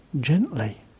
gently